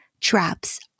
traps